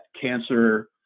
cancer